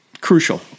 crucial